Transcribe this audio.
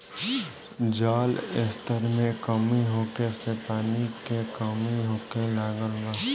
जल स्तर में कमी होखे से पानी के कमी होखे लागल बा